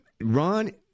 Ron